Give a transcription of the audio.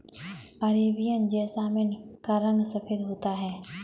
Arabian jasmine का रंग सफेद होता है